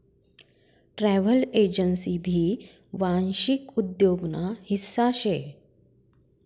travel agency भी वांशिक उद्योग ना हिस्सा शे